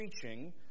preaching